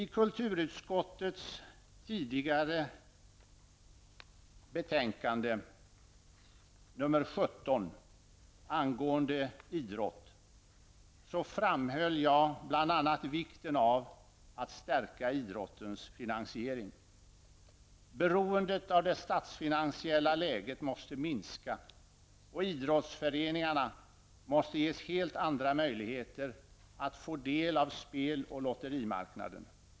I kulturutskottets tidigare behandlade betänkande nr 17 angående idrott framhöll jag bl.a. vikten av att stärka idrottens finansiering. Beroendet av det statsfinansiella läget måste minska och idrottsföreningarna måste ges helt andra möjligheter att få del av spel och lotterimarknaden.